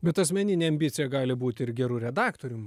bet asmeninė ambicija gali būti ir geru redaktorium